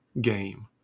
game